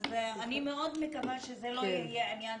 אז אני מאוד מקווה שזה לא יהיה עניין